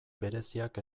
bereziak